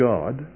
God